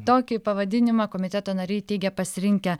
tokį pavadinimą komiteto nariai teigia pasirinkę